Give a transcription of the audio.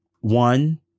one